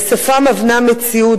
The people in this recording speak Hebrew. שפה מבנה מציאות,